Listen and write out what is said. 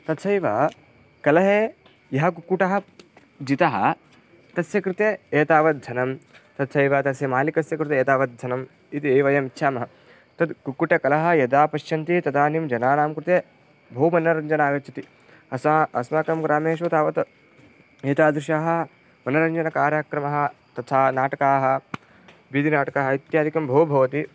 तथैव कलहे यः कुक्कुटः जितः तस्य कृते एतावद्धनं तथैव तस्य मालिकस्य कृते एतावद्धनम् इति वयम् यच्छामः तद् कुक्कुटकलहः यदा पश्यन्ति तदानीं जनानां कृते बहु मनोरञ्जनमागच्छति अस्य अस्माकं ग्रामेषु तावत् एतादृशाः मनोरञ्जनकार्यक्रमाः तथा नाटकाः बीदिनाटकाः इत्यादयः बहवः भवन्ति